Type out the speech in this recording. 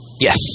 Yes